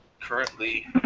currently